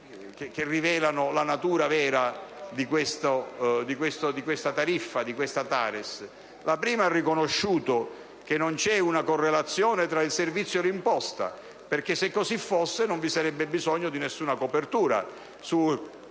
che rivelano la natura vera di questa tariffa TARES. In primo luogo, ha riconosciuto che non vi è una correlazione tra il servizio e l'imposta, perché se così fosse non ci sarebbe bisogno di nessuna copertura